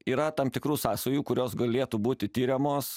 yra tam tikrų sąsajų kurios galėtų būti tiriamos